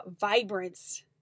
vibrance